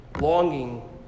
longing